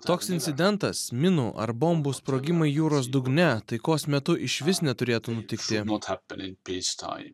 toks incidentas minų ar bombų sprogimai jūros dugne taikos metu išvis neturėtų nutikti mat aplink keistai